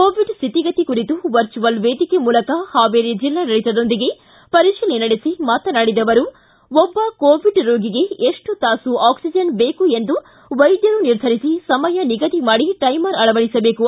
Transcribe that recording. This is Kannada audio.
ಕೋವಿಡ್ ಸ್ವಿತಿಗತಿ ಕುರಿತು ವರ್ಜುವಲ್ ವೇದಿಕೆ ಮೂಲಕ ಹಾವೇರಿ ಜಿಲ್ಲಾಡಳಿತದೊಂದಿಗೆ ಪರಿಶೀಲನೆ ನಡೆಸಿ ಮಾತನಾಡಿದ ಅವರು ಒಬ್ಬ ಕೋವಿಡ್ ರೋಗಿಗೆ ಎಷ್ಟು ತಾಸು ಆಕ್ಲಿಜನ್ ಬೇಕು ಎಂದು ವೈದ್ಯರು ನಿರ್ಧರಿಸಿ ಸಮಯ ನಿಗದಿ ಮಾಡಿ ಟೈಮರ್ ಅಳವಡಿಸಬೇಕು